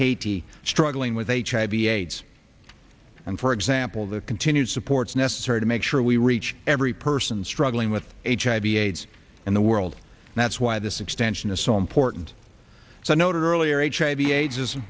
haiti struggling with hiv aids and for example the continued supports necessary to make sure we reach every person struggling with hiv aids in the world and that's why this extension is so important so noted earlier hiv aids is